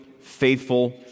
faithful